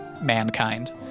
mankind